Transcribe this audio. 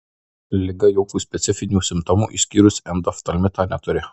liga jokių specifinių simptomų išskyrus endoftalmitą neturi